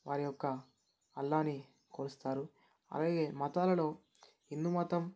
వారి యొక్క అల్లాహ్ని కొలుస్తారు అలాగే మతాలలో హిందూ మతం